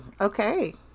okay